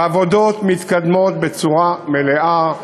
והעבודות מתקדמות בצורה מלאה,